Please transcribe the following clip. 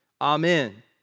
Amen